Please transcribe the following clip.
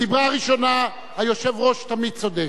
הדיבר הראשון, היושב-ראש תמיד צודק.